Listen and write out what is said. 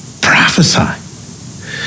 prophesy